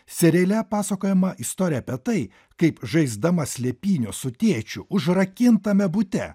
seriale pasakojama istorija apie tai kaip žaisdama slėpynių su tėčiu užrakintame bute